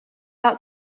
out